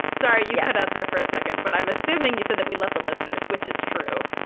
sorry you cut out there for a second, but i'm assuming you said that we love the listeners, which is true.